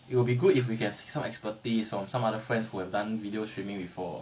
it will be good if we can see some expertise from some other friends who have done video streaming before